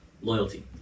Loyalty